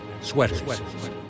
sweaters